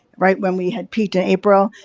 right, when we had peaked in april.